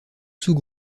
sous